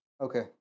Okay